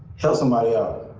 help somebody out,